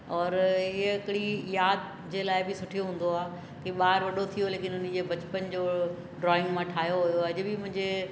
और इहे हिकिड़ी यादि जे लाइ बि सुठी हूंदो आहे की ॿार वॾो थी वियो लेकिन उन जे बचपन जो ड्रॉइंग मां ठाहियो हुओ अॼ बि मुंहिंजे